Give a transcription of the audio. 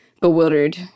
bewildered